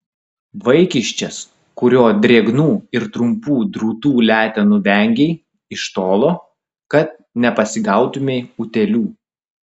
vaikiščias kurio drėgnų ir trumpų drūtų letenų vengei iš tolo kad nepasigautumei utėlių